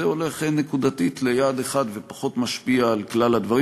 זה הולך נקודתית ליעד אחד ופחות משפיע על כלל הדברים.